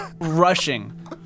rushing